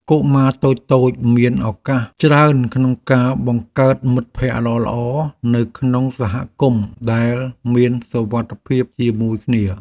កុមារតូចៗមានឱកាសច្រើនក្នុងការបង្កើតមិត្តភក្តិល្អៗនៅក្នុងសហគមន៍ដែលមានសុវត្ថិភាពជាមួយគ្នា។